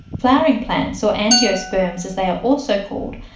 flowering plants, or angiosperms as they are also called,